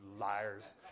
liars